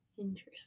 Interesting